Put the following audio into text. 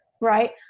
right